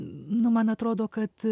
nu man atrodo kad